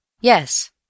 Yes